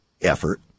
effort